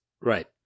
Right